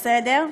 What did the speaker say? בסדר.